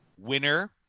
Winner